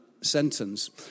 sentence